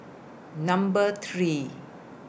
Number three